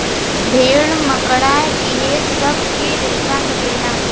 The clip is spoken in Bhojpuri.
भेड़, मकड़ा इहो सब से रेसा मिलेला